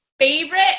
Favorite